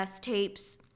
tapes